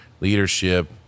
leadership